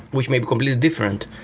which may be completely different,